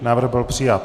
Návrh byl přijat.